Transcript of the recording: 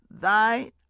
thy